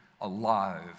alive